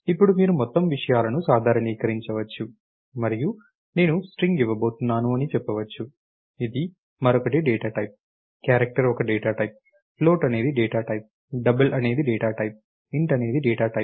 ఇప్పుడు మీరు మొత్తం విషయాలను సాధారణీకరించవచ్చు మరియు నేను స్ట్రింగ్ ఇవ్వబోతున్నాను అని చెప్పవచ్చు ఇది మరొకటి డేటా టైప్ క్యారెక్టర్ ఒక డేటా టైప్ ఫ్లోట్ అనేది డేటా టైప్ డబుల్ అనేది డేటా టైప్ int అనేది డేటా టైప్